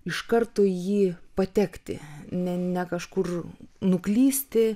iš karto į jį patekti ne ne kažkur nuklysti